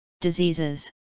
diseases